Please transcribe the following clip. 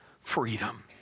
freedom